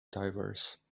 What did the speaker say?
diverse